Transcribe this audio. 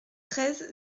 treize